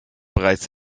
bereits